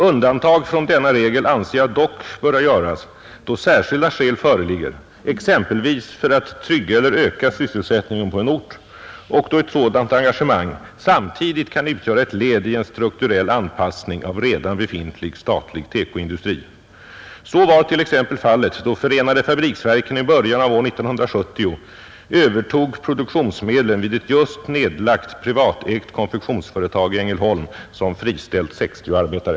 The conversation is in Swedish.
Undantag från denna regel anser jag dock böra göras då särskilda skäl föreligger, exem pelvis för att trygga eller öka sysselsättningen på en ort och då ett sådant engagemang samtidigt kan utgöra ett led i en strukturell anpassning av redan befintlig, statlig TEKO-industri. Så var t.ex. fallet då förenade fabriksverken i början av år 1970 övertog produktionsmedlen vid ett just nedlagt, privatägt konfektionsföretag i Ängelholm, som friställt 60 arbetare.